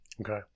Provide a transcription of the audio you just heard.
Okay